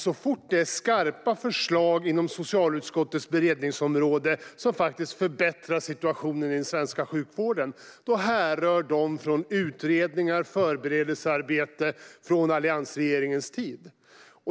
Så fort det finns skarpa förslag inom socialutskottets beredningsområde, som faktiskt förbättrar situationen i den svenska sjukvården, härrör de från utredningar och förberedelsearbete från alliansregeringens tid.